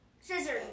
Scissors